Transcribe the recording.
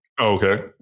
okay